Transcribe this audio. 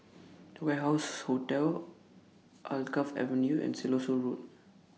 The Warehouse Hotel Alkaff Avenue and Siloso Road